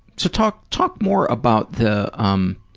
so talk talk more about the. um